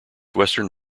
western